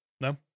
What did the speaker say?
No